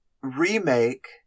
remake